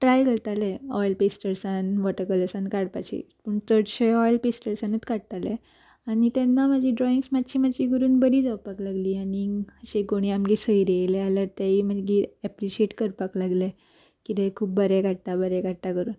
try करताले oil पेस्टर्सान water कलर्सान काडपाची पूण चडशे ऑयल पेस्टर्सानीत काडटाले आनी तेन्ना म्हाजी ड्रॉइंग मात्शी मात्शी करून बरी जावपाक लागली आनी अशें कोणी आमगे सयरीं येयलीं जाल्यार ते एप्रिशिएट करपाक लागले कितें खूब बरें काडटा बरें काडटा करून